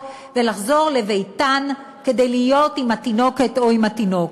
ולחזור לביתן כדי להיות עם התינוקת או עם התינוק.